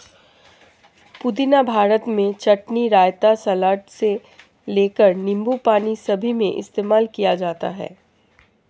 पुदीना भारत में चटनी, रायता, सलाद से लेकर नींबू पानी सभी में इस्तेमाल किया जाता है